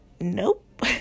Nope